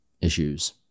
issues